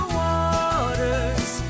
waters